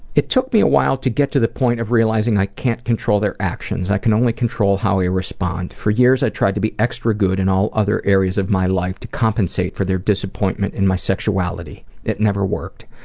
it took me a while to get to the point of realizing i can't control their actions, i can only control how i respond. for years i tried to be extra good in all other areas of my life to compensate for their disappointment in my sexuality. it never worked.